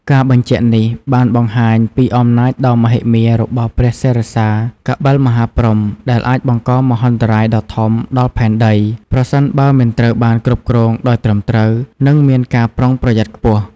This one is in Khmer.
ការបញ្ជាក់នេះបានបង្ហាញពីអំណាចដ៏មហិមារបស់ព្រះសិរសាកបិលមហាព្រហ្ម ដែលអាចបង្កមហន្តរាយដ៏ធំដល់ផែនដី ប្រសិនបើមិនត្រូវបានគ្រប់គ្រងដោយត្រឹមត្រូវ និងមានការប្រុងប្រយ័ត្នខ្ពស់។